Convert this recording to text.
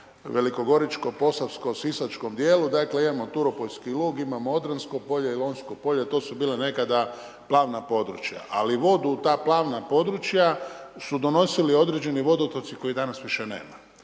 velikogoričko, posavsko, sisačkom dijelu, dakle imamo Turopoljski lug, imamo Odransko polje i Lonjsko polje, to su bile nekada planova područja. Ali vodu u ta plavna područja, su donosili određeni vodotoci, koje danas više nema.